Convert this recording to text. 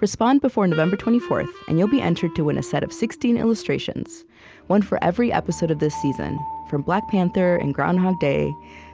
respond before november twenty four, and you'll be entered to win a set of sixteen illustrations one for every episode of this season, from black panther and groundhog day